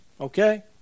okay